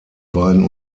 beiden